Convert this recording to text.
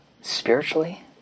spiritually